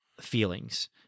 feelings